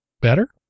better